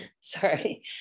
sorry